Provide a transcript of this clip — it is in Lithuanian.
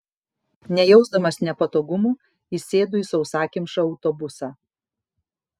nejausdamas nepatogumų įsėdu į sausakimšą autobusą